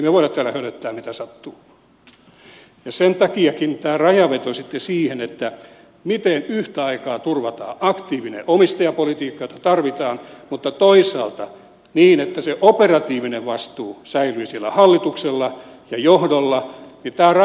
emme me voi täällä hölöttää mitä sattuu ja senkin takia tämä rajanveto siihen miten yhtä aikaa turvataan aktiivinen omistajapolitiikka jota tarvitaan mutta toisaalta niin että se operatiivinen vastuu säilyy sillä hallituksella ja johdolla ei ole ihan helppoa